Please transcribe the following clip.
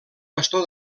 bastó